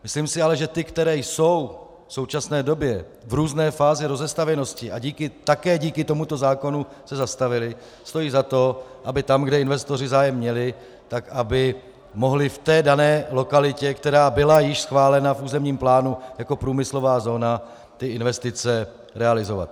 Myslím si ale, že ty, které jsou v současné době v různé fázi rozestavěnosti a také díky tomuto zákonu se zastavily, stojí za to, aby tam, kde investoři zájem měli, tak aby mohli v té dané lokalitě, která byla již schválena v územním plánu jako průmyslová zóna, investice realizovat.